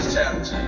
Challenge